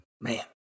Man